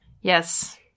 yes